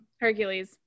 Hercules